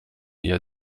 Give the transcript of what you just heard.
ihr